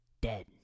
dead